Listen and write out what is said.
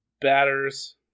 batters